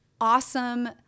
awesome